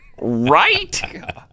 Right